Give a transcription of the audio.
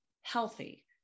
healthy